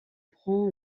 prend